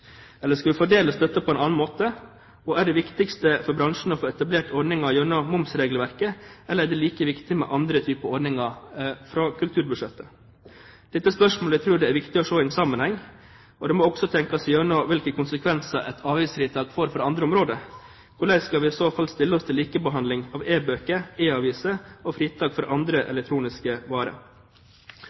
Eller skal vi fordele støtten på en annen måte? Og er det viktigste for bransjen å få etablert ordninger gjennom momsregelverket, eller er det like viktig med andre typer ordninger fra kulturbudsjettet? Dette er spørsmål jeg tror det er viktig å se i en sammenheng, og det må også tenkes igjennom hvilke konsekvenser et avgiftsfritak får for andre områder. Hvordan skal vi i så fall stille oss til likebehandling av e-bøker, e-aviser og fritak for andre elektroniske varer?